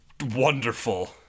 wonderful